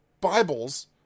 Bibles